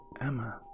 Emma